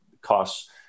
costs